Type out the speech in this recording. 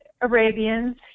Arabians